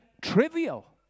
trivial